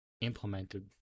implemented